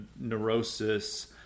neurosis